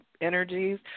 energies